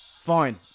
Fine